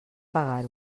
pagar